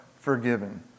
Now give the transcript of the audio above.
forgiven